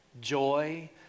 joy